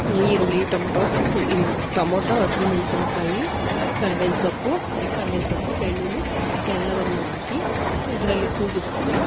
ಈರುಳ್ಳಿ ಟೊಮೊಟೊ ಇನ್ ಟೊಮೊಟೊ ಹಸ್ರು ಮೆಣಸಿನ್ಕಾಯಿ ಕರ್ಬೇವಿನ ಸೊಪ್ಪು ಕರ್ಬೇವಿನ ಸೊಪ್ಪು ಬೆಳ್ಳುಳ್ಳಿ ಎಲ್ಲವನ್ನು ಹಾಕಿ ಇದರಲ್ಲಿ ಕೂಗಿಸ್ತೀವಿ